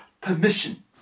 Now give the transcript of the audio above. permission